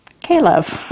Caleb